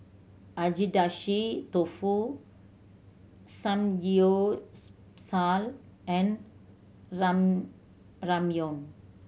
Agedashi Dofu and Ramyeon